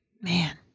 man